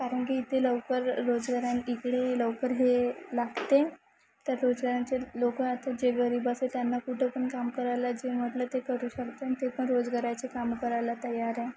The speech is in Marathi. कारण की इथे लवकर रोजगार इकडे लवकर हे लागते तर रोजगारांचे लोकं आता जे गरीब असेल त्यांना कुठं पण काम करायला जे म्हटलं ते करू शकते आणि ते पण रोजगाराचे कामं करायला तयार आहे